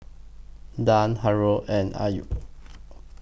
Dian Haron and Ayu